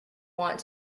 want